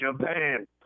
Japan